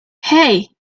hey